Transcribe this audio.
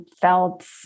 felt